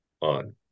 on